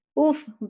Oof